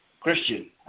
Christian